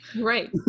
Right